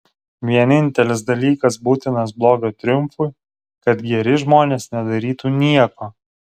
vienintelis dalykas būtinas blogio triumfui kad geri žmonės nedarytų nieko